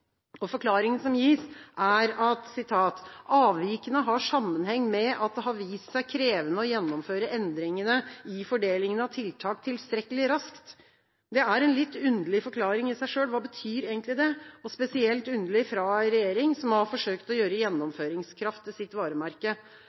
og forklaringa som gis, er at: «Avvikene har sammenheng med at det har vist seg krevende å gjennomføre endringene i fordelingen av tiltak på de to hovedgruppene tilstrekkelig raskt.» Det er i seg selv en litt underlig forklaring. Hva betyr det egentlig? Det er spesielt underlig fra en regjering som har forsøkt å gjøre gjennomføringskraft til sitt varemerke.